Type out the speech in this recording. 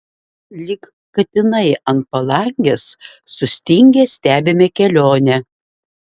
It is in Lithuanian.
lyg katinai ant palangės sustingę stebime kelionę